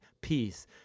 peace